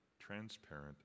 transparent